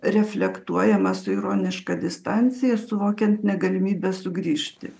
reflektuojama su ironiška distancija suvokiant negalimybę sugrįžti